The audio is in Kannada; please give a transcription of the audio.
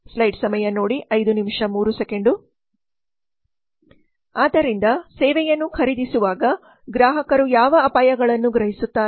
ಆದ್ದರಿಂದ ಸೇವೆಯನ್ನು ಖರೀದಿಸುವಾಗ ಗ್ರಾಹಕರು ಯಾವ ಅಪಾಯಗಳನ್ನು ಗ್ರಹಿಸುತ್ತಾರೆ